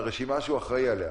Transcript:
הרשימה,